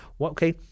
okay